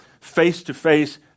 face-to-face